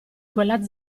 quella